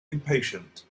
impatient